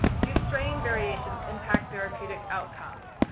do strain variations impact therapeutic outcomes?